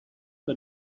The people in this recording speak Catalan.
que